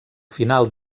final